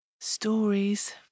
stories